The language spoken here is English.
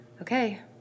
Okay